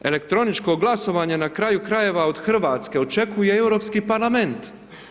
Elektroničko glasovanje na kraju krajeva od Hrvatske očekuje Europski parlament.